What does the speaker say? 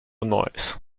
noise